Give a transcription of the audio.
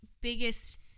biggest